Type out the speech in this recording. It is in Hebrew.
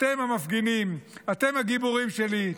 אתם, המפגינים, אתם הגיבורים שלי.